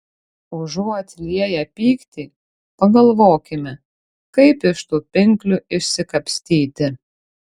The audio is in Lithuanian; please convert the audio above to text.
užuot lieję pyktį pagalvokime kaip iš tų pinklių išsikapstyti